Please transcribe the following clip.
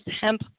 hemp